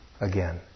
again